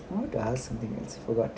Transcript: wanted to ask something but I forgot